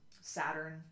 Saturn